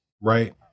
right